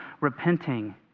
repenting